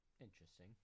Interesting